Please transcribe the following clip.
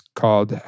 called